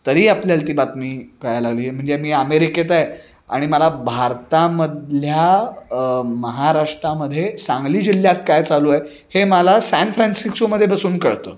तरी आपल्याला ती बातमी कळायला लागली म्हणजे मी अमेरिकेत आहे आणि मला भारतामधल्या महाराष्ट्रामध्ये सांगली जिल्ह्यात काय चालू आहे हे मला सॅनफ्रान्सिस्कोमध्ये बसून कळतं